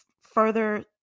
further